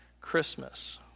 Christmas